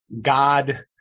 God